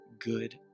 good